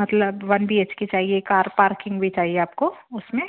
मतलब one B H K चाहिए car parking भी चाहिए आपको उसमें